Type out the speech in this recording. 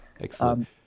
Excellent